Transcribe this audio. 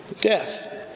Death